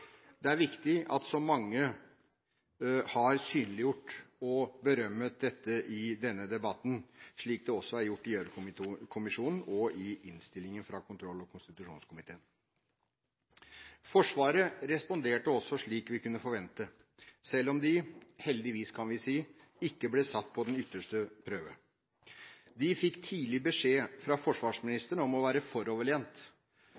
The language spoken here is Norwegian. Det er viktig at så mange har synliggjort og berømmet dette i denne debatten, slik det også er gjort i Gjørv-kommisjonen og i innstillingen fra kontroll- og konstitusjonskomiteen. Forsvaret responderte også slik vi kunne forvente, selv om de heldigvis, kan vi si, ikke ble satt på den ytterste prøve. De fikk tidlig beskjed fra